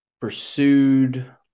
pursued